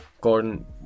Gordon